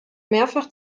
mehrfach